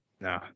No